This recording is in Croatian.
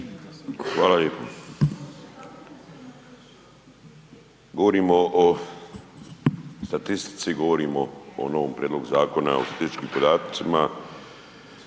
Hvala lijepo. Govorimo o statistici, govorimo o novom prijedlogu zakona o statističkim podacima